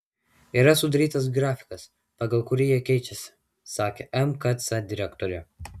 yra sudarytas grafikas pagal kurį jie keičiasi sakė mkc direktorė